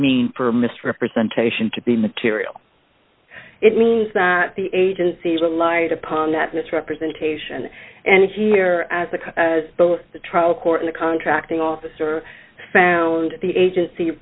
means for misrepresentation to be material it means not the agency relied upon that misrepresentation and here as the both the trial court in the contracting officer found the agency